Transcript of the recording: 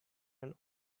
and